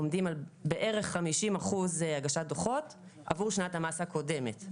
עומדים על בערך 50% הגשת דוחות עבור שנת המס הקודמת.